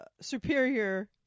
superior